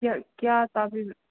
ꯀꯌꯥ ꯇꯥꯕꯤꯕ꯭ꯔꯥ